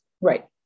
Right